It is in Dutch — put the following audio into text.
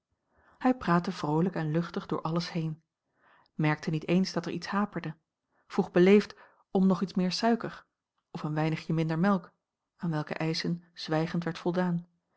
hij praatte vroolijk en luchtig door alles heen merkte niet eens dat er iets haperde vroeg beleefd om nog iets meer suiker of een weinigje minder melk aan welke eischen zwijgend werd voldaan